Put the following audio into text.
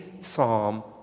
Psalm